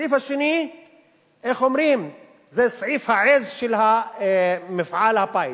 הסעיף השני זה סעיף העֵז של מפעל הפיס.